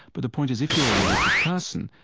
but the point is, if you are a religious person,